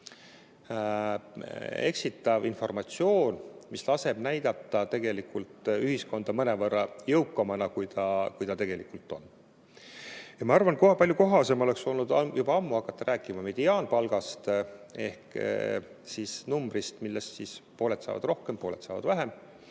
eksitav informatsioon, mis näitab ühiskonda mõnevõrra jõukamana, kui ta tegelikult on. Ma arvan, et palju kohasem oleks olnud juba ammu hakata rääkima mediaanpalgast ehk numbrist, millest pooled saavad rohkem, pooled saavad vähem.